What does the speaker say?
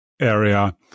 area